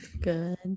good